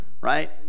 right